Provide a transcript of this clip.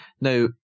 Now